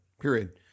period